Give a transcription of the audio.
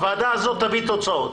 הוועדה הזאת תביא תוצאות.